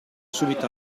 subito